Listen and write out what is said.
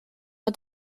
are